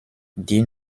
die